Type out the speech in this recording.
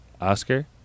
Oscar